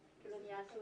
הגז.